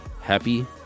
happy